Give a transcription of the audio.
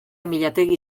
amillategi